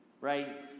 right